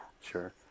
Sure